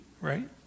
right